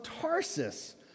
Tarsus